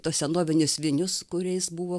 tuos senovinius vinius kuriais buvo